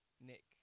Nick